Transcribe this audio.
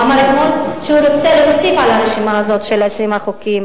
הוא אמר אתמול שהוא רוצה להוסיף על הרשימה הזאת של 20 החוקים.